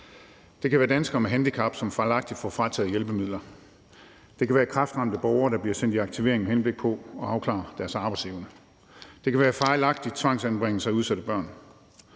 Det kan være danskere med handicap, som fejlagtigt får frataget hjælpemidler; det kan være kræftramte borgere, der bliver sendt i aktivering med henblik på at afklare deres arbejdsevne; det kan være fejlagtige tvangsanbringelser af udsatte børn.